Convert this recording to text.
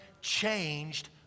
changed